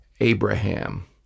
Abraham